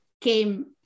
came